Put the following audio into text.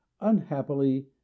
unhappily